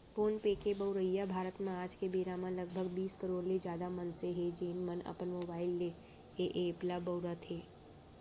phone पे के बउरइया भारत म आज के बेरा म लगभग बीस करोड़ ले जादा मनसे हें, जेन मन अपन मोबाइल ले ए एप ल बउरत हें